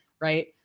right